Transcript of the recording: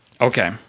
Okay